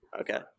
Okay